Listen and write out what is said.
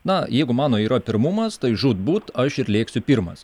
na jeigu mano yra pirmumas tai žūtbūt aš ir lėksiu pirmas